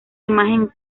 imagen